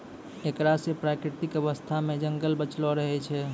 एकरा से प्राकृतिक अवस्था मे जंगल बचलो रहै छै